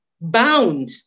bound